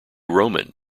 roman